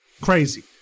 Crazy